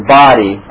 body